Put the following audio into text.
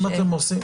אם אתם רוצים